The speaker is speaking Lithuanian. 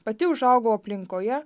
pati užaugau aplinkoje